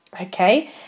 Okay